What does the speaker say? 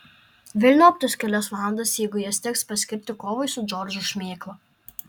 velniop tas kelias valandas jeigu jas teks paskirti kovai su džordžo šmėkla